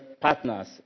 partners